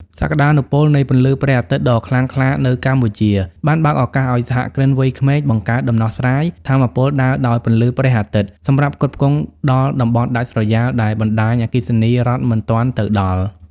សក្ដានុពលនៃពន្លឺព្រះអាទិត្យដ៏ខ្លាំងក្លានៅកម្ពុជា បានបើកឱកាសឱ្យសហគ្រិនវ័យក្មេងបង្កើតដំណោះស្រាយថាមពលដើរដោយពន្លឺព្រះអាទិត្យ សម្រាប់ផ្គត់ផ្គង់ដល់តំបន់ដាច់ស្រយាលដែលបណ្ដាញអគ្គិសនីរដ្ឋមិនទាន់ទៅដល់។